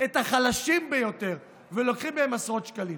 את החלשים ביותר ולוקחים מהם עשרות שקלים.